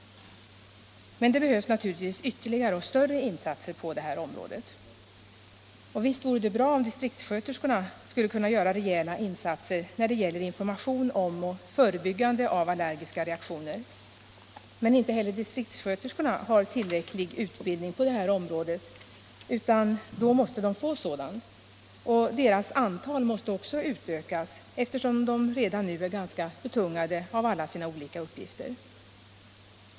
Men det behövs naturligtvis ytterligare och större insatser på det här området. Visst vore det bra om distriktssköterskorna skulle kunna göra rejäla insatser när det gäller information om och förebyggande av allergiska reaktioner. Men inte heller distriktssköterskorna har tillräcklig utbildning på det här området, utan de måste i så fall få sådan, och deras antal måste också utökas eftersom de redan nu är ganska betungade av alla sina olika uppgifter.